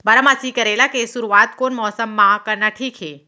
बारामासी करेला के शुरुवात कोन मौसम मा करना ठीक हे?